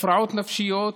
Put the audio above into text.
הפרעות נפשיות,